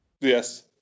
yes